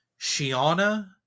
Shiana